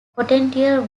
potential